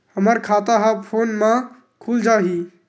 हमर खाता ह फोन मा खुल जाही?